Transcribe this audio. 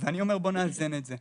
ואני אומר, בואו נאזן את זה.